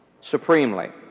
supremely